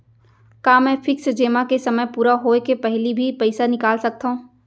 का मैं फिक्स जेमा के समय पूरा होय के पहिली भी पइसा निकाल सकथव?